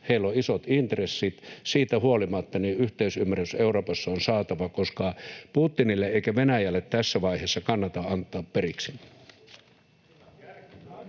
heillä on isot intressit. Siitä huolimatta yhteisymmärrys Euroopassa on saatava, koska Putinille ja Venäjälle ei tässä vaiheessa kannata antaa periksi.